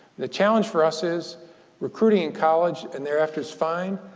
the challenge for us is recruiting in college and thereafter is fine.